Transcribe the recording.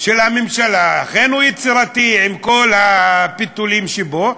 של הממשלה, אכן הוא יצירתי עם כל הפיתולים שבו,